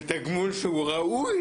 ותגמול ראוי,